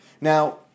Now